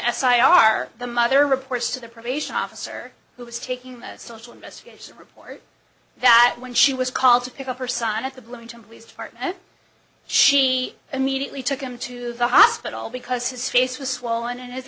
i are the mother reports to the probation officer who was taking the social investigators report that when she was called to pick up her son at the bloomington raised partner she immediately took him to the hospital because his face was swollen and his